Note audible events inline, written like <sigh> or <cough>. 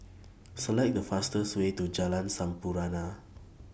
<noise> Select The fastest Way to Jalan Sampurna